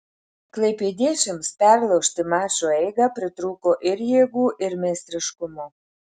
klaipėdiečiams perlaužti mačo eigą pritrūko ir jėgų ir meistriškumo